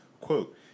quote